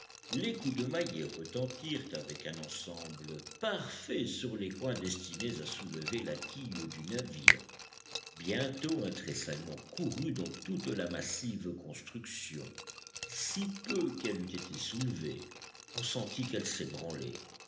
les coups de maillet retentirent avec un ensemble parfait sur les coins destinés à soulever la quille du navire bientôt un tressaillement courut dans toute la massive construction si peu qu'elle eût été soulevée on sentit